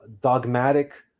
dogmatic